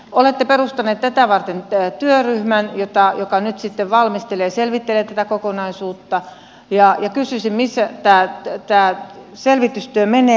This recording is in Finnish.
olette perustanut tätä varten työryhmän joka nyt sitten valmistelee ja selvittelee tätä kokonaisuutta ja kysyisin missä tämä selvitystyö menee